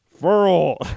Furl